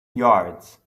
yards